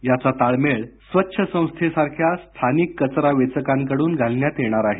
याचा ताळमेळ स्वच्छ संस्थेसारख्या स्थानिक कचरा वेचकांकडून घालण्यात येणार आहे